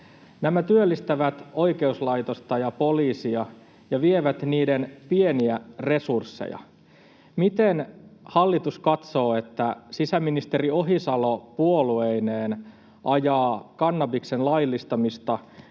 Nämä työllistävät oikeuslaitosta ja poliisia ja vievät niiden pieniä resursseja. Miten hallitus katsoo, että sisäministeri Ohisalo puolueineen ajaa kannabiksen laillistamista,